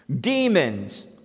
Demons